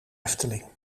efteling